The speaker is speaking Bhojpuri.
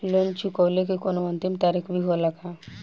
लोन चुकवले के कौनो अंतिम तारीख भी होला का?